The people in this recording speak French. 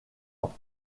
ans